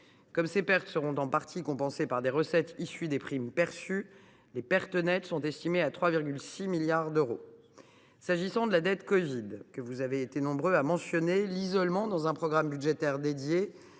Comme ces pertes seront en partie compensées par des recettes issues des primes perçues, les pertes nettes sont estimées à 3,6 milliards d’euros. En ce qui concerne la dette covid, que plusieurs d’entre vous ont mentionnée, son isolement dans un programme budgétaire dédié